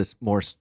more